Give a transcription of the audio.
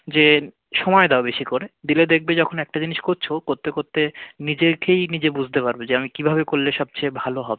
যে সময় দাও বেশি করে দিলে দেখবে যখন একটা জিনিস করছো করতে করতে নিজেকেই নিজে বুঝতে পারবে যে আমি কীভাবে করলে সবচেয়ে ভালো হবে